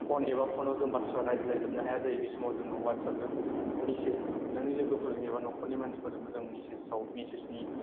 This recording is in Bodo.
फ'न एबा फ'न आव बाथ्रा रायज्लायजोबनो हाया जायो बे समाव जोङो व्हाट्सेप जों मेसेज नोंनि लोगोफोर एबा न'खरनि मानसिफोरजोंबो जों मेसेज आव एबा मेसेज नि